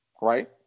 right